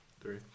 Three